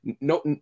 No